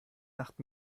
nacht